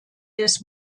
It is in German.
des